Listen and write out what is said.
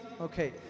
Okay